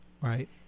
right